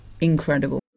incredible